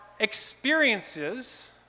experiences